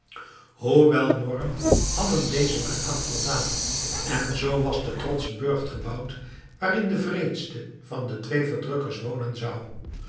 hoewel morrend hadden dezen er aan voldaan en zoo was de trotsche burcht gebouwd waarin de wreedste van de twee verdrukkers wonen zou